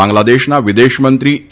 બાંગ્લાદેશના વિદેશમંત્રી એ